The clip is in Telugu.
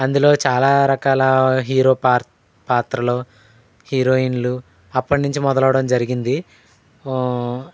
అందులో చాలా రకాల హీరో పా పాత్రలు హీరోయిన్లు అప్పటినుంచి మొదలవడం జరిగింది